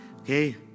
okay